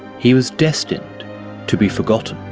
he was destined to be forgotten.